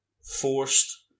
forced